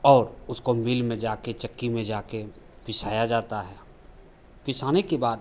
और उसको मिल में जाकर चक्की में जाकर पिसाया जाता है पिसाने के बाद